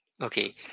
Okay